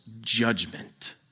judgment